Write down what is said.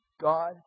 God